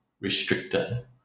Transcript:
restricted